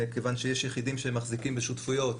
כיוון שיש יחידים שהם מחזיקים בשותפויות